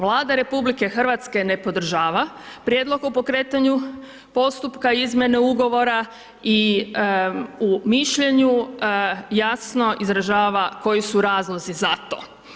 Vlada RH ne podržava prijedlog o pokretanju postupka izmjene ugovora i u mišljenju jasno izražava koji su razlozi za to.